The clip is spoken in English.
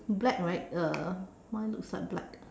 black right uh mine looks like black